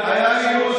היה לי עימות,